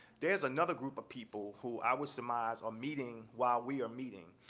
there is another group of people who i would surmise are meeting while we are meeting.